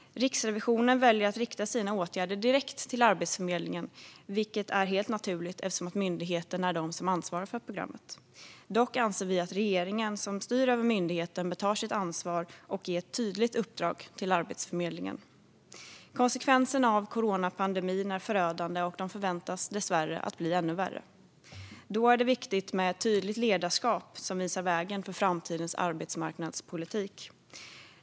Riksrevisionen väljer att rikta sina åtgärder direkt till Arbetsförmedlingen, vilket är helt naturligt eftersom myndigheten ansvarar för programmet. Dock anser vi att regeringen, som styr över myndigheten, bör ta sitt ansvar och ge ett tydligt uppdrag till Arbetsförmedlingen. Konsekvenserna av coronapandemin är förödande, och de förväntas dessvärre bli ännu värre. Då är det viktigt med ett tydligt ledarskap som visar vägen till framtidens arbetsmarknadspolitik.